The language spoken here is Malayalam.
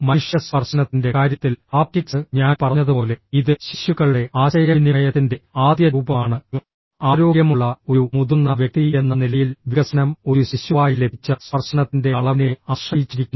മനുഷ്യ സ്പർശനത്തിന്റെ കാര്യത്തിൽ ഹാപ്റ്റിക്സ് ഞാൻ പറഞ്ഞതുപോലെ ഇത് ശിശുക്കളുടെ ആശയവിനിമയത്തിന്റെ ആദ്യ രൂപമാണ് ആരോഗ്യമുള്ള ഒരു മുതിർന്ന വ്യക്തിയെന്ന നിലയിൽ വികസനം ഒരു ശിശുവായി ലഭിച്ച സ്പർശനത്തിന്റെ അളവിനെ ആശ്രയിച്ചിരിക്കുന്നു